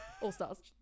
all-stars